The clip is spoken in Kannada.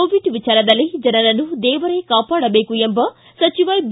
ಕೋವಿಡ್ ವಿಚಾರದಲ್ಲಿ ಜನರನ್ನು ದೇವರೇ ಕಾಪಾಡಬೇಕು ಎಂಬ ಸಚಿವ ಬಿ